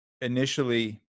initially